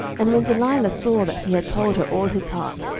and when delilah saw that he had told her all his heart,